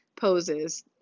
poses